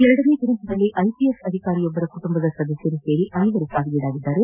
ಎರಡನೇ ದುರಂತದಲ್ಲಿ ಐಪಿಎಸ್ ಅಧಿಕಾರಿಯೊಬ್ಬರ ಕುಟುಂಬದ ಸದಸ್ಕರೂ ಸೇರಿ ಐವರು ಸಾವಿಗೀಡಾಗಿದ್ದಾರೆ